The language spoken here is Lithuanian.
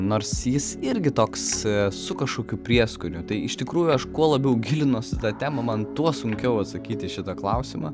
nors jis irgi toks su kažkokiu prieskoniu tai iš tikrųjų aš kuo labiau gilinos į tą temą man tuo sunkiau atsakyti į šitą klausimą